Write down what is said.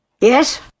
Yes